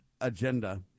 agenda